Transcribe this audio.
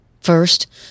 First